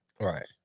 Right